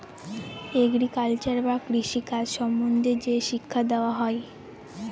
agriculture বা কৃষি কাজ সম্বন্ধে যে শিক্ষা দেওয়া হয়